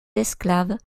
esclaves